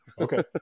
okay